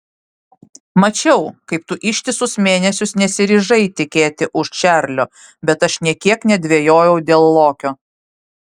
mačiau kaip tu ištisus mėnesius nesiryžai tekėti už čarlio bet aš nė kiek nedvejojau dėl lokio